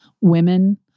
women